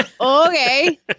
Okay